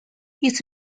its